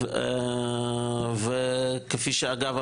אגב,